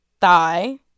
thigh